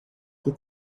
die